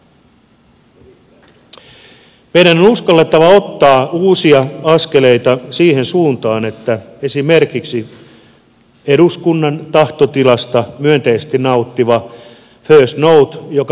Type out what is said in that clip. meidän on uskallettava ottaa uusia askeleita esimerkiksi eduskunnan tahtotilasta myönteisesti nauttivan first northin suuntaan